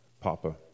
papa